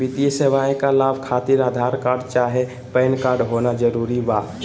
वित्तीय सेवाएं का लाभ खातिर आधार कार्ड चाहे पैन कार्ड होना जरूरी बा?